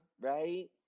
right